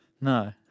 No